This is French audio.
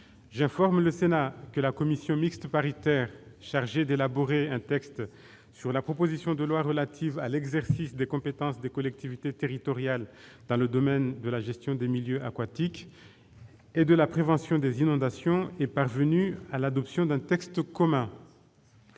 J'informe le Sénat que la commission mixte paritaire chargée d'élaborer un texte sur la proposition de loi relative à l'exercice des compétences des collectivités territoriales dans le domaine de la gestion des milieux aquatiques et de la prévention des inondations est parvenue à l'adoption d'un texte commun.